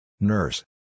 Nurse